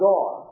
God